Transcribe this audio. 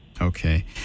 Okay